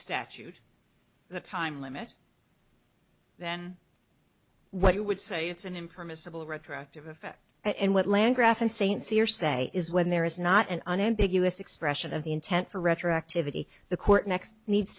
statute the time limit then what you would say it's an impermissible retroactive effect and what land graf in st cyr say is when there is not an unambiguous expression of the intent for retroactivity the court next needs